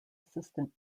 assistant